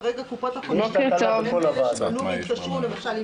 כרגע קופות החולים -- -והתקשרו למשל,